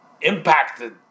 impacted